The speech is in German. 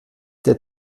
der